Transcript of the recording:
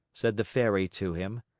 said the fairy to him.